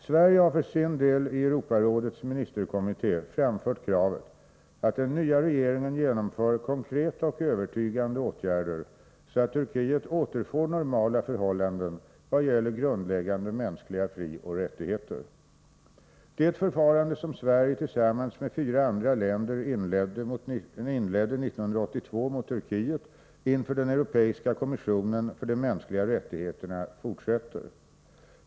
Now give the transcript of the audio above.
Sverige har för sin deli Europarådets ministerkommitté framfört kravet att den nya regeringen genomför konkreta och övertygande åtgärder så att Turkiet återfår normala förhållanden i vad gäller grundläggande mänskliga frioch rättigheter. Det förfarande som Sverige tillsammans med fyra andra länder 1982 inledde mot Turkiet inför den europeiska kommissionen för de mänskliga rättigheterna fortsätter.